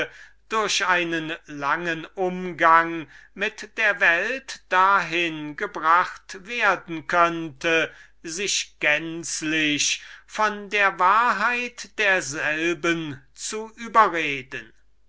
durch einen langen umgang mit der welt dazu gelangen könnten sich gänzlich von der wahrheit desselben zu überreden